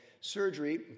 surgery